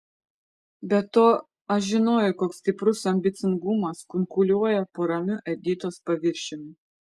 be to aš žinojau koks stiprus ambicingumas kunkuliuoja po ramiu editos paviršiumi